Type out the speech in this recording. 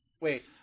wait